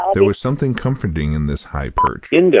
there was something comforting in this high perch.